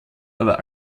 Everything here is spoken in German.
aber